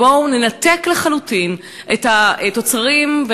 ובואו ננתק לחלוטין את התוצרים,